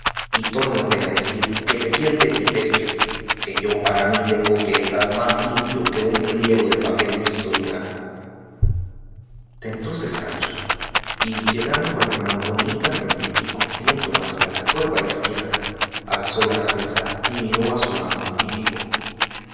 y tórnote a decir que te tientes y pesques que yo para mí tengo que estás más limpio que un pliego de papel liso y blanco tentóse sancho y llegando con la mano bonitamente y con tiento hacia la corva izquierda alzó la cabeza y miró a su amo y dijo